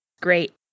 Great